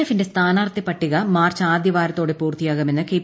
എഫിന്റെ സ്ഥാനാർത്ഥി പട്ടിക മാർച്ച് ആദ്യവാരത്തോടെ പൂർത്തിയാകുമെന്ന് കെ